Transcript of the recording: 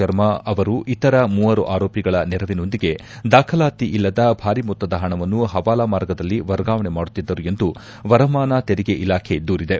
ಶರ್ಮಾ ಅವರು ಇತರ ಮೂವರು ಆರೋಪಿಗಳ ನೆರವಿನೊಂದಿಗೆ ದಾಖಲಾತಿ ಇಲ್ಲದ ಭಾರಿ ಮೊತ್ತದ ಪಣವನ್ನು ಪವಾಲಾ ಮಾರ್ಗದಲ್ಲಿ ವರ್ಗಾವಣೆ ಮಾಡುತ್ತಿದ್ದರು ಎಂದು ವರಮಾನ ತೆರಿಗೆ ಇಲಾಖೆ ದೂರಿದೆ